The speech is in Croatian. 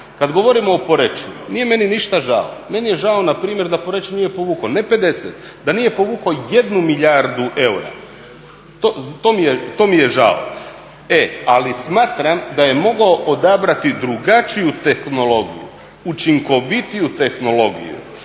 Kad govorimo o Poreču, nije meni ništa žao, meni je žao npr. da Poreč nije povukao ne 50, da nije povukao 1 milijardu eura. To mi je žao. E, ali smatram da je mogao odabrati drugačiju tehnologiju, učinkovitiju tehnologiju